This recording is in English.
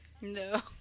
no